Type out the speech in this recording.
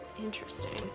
interesting